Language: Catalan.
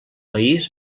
país